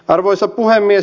arvoisa puhemies